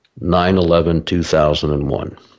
9-11-2001